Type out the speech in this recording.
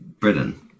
Britain